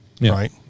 right